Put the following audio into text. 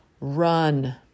Run